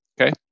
Okay